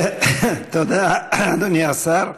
תודה, אדוני השר.